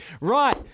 Right